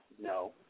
no